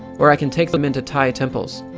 or i can take them into thai temples.